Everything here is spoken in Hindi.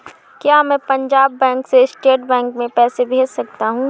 क्या मैं पंजाब बैंक से स्टेट बैंक में पैसे भेज सकता हूँ?